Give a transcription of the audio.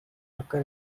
occur